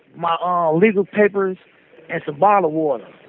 my um legal papers and a bottle water.